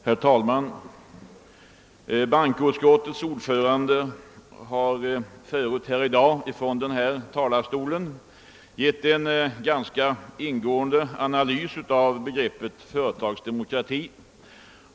Herr talman! Bankoutskottets ordförande har förut här i dag från denna talarstol givit en ganska ingående analys av begreppet företagsdemokrati.